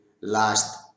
last